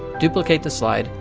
duplicate the slide,